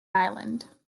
island